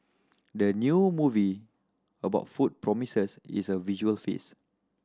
the new movie about food promises is a visual feast